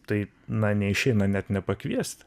tai na neišeina net nepakviest